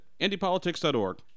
indypolitics.org